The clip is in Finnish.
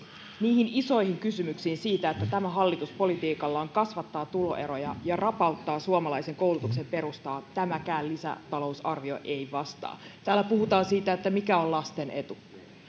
niihin isoihin kysymyksiin siitä että tämä hallitus politiikallaan kasvattaa tuloeroja ja rapauttaa suomalaisen koulutuksen perustaa tämäkään lisätalousarvio ei vastaa täällä puhutaan siitä mikä on lasten etu no